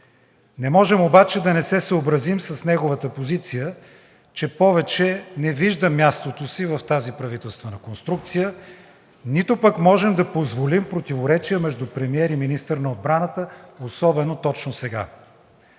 Не можем обаче да не се съобразим с неговата позиция, че повече не вижда мястото си в тази правителствена конструкция, нито пък можем да позволим противоречие между премиер и министър на отбраната, особено точно сега.